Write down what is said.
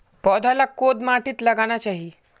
पौधा लाक कोद माटित लगाना चही?